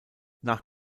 nach